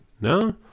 No